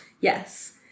Yes